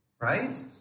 Right